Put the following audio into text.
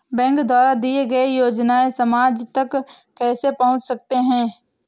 Bank द्वारा दिए गए योजनाएँ समाज तक कैसे पहुँच सकते हैं?